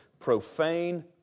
profane